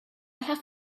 have